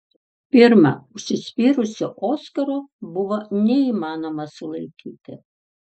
pirma užsispyrusio oskaro buvo neįmanoma sulaikyti